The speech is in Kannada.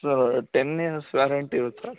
ಸೊ ಟೆನ್ ಇಯರ್ಸ್ ವ್ಯಾರಂಟಿ ಇರುತ್ತೆ ಸ